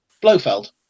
Blofeld